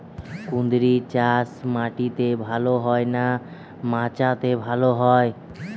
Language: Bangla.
কুঁদরি চাষ মাটিতে ভালো হয় না মাচাতে ভালো হয়?